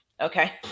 Okay